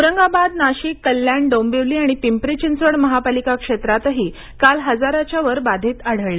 औरंगाबाद नाशिक कल्याण डोंबिवली आणि पिंपरी चिंचवड महापालिका क्षेत्रातही काल हजाराच्या वर बाधित आढळले